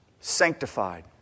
sanctified